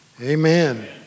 Amen